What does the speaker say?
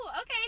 okay